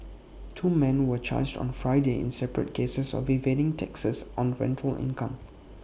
two men were charged on Friday in separate cases of evading taxes on rental income